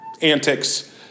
antics